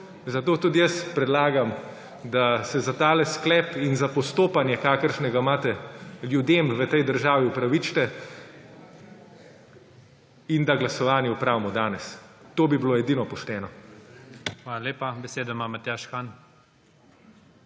Zato tudi jaz predlagam, da se za ta sklep in za postopanje, kakršnega imate, ljudem v tej državi opravičite in da glasovanje opravimo danes. To bi bilo edino pošteno. PREDSEDNIK IGOR ZORČIČ: Hvala lepa. Besedo ima Matjaž Han.